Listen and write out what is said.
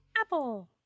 Apple